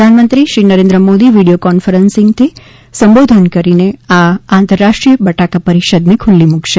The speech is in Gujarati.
પ્રધાનમંત્રી શ્રી નરેન્દ્ર મોદી વિડિયો કોન્ફરન્સિંગથી સંબોધન કરીને આ આંતરરાષ્ટ્રીય બટાકા પરિષદ ને ખુલ્લી મુકશે